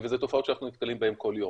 ואלה תופעות שאנחנו נתקלים בהן כל יום.